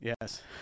Yes